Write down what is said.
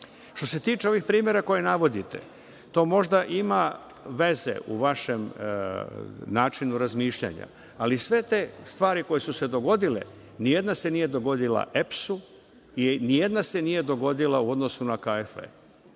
se tiče ovih primera koje navodite, to možda ima veze u vašem načinu razmišljanja, ali sve te stvari koje su se dogodile, nijedna se nije dogodila EPS-u i nijedna se nije dogodila u odnosu na